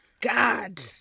god